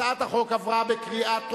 הצעת החוק עברה בקריאה טרומית.